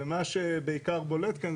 ומה שבעיקר בולט כאן,